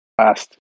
last